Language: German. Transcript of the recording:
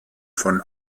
von